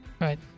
Right